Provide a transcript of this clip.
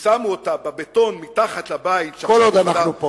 כששמו אותה בבטון מתחת לבית, כל עוד אנחנו פה.